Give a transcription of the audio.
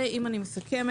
אם אני מסכמת